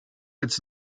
its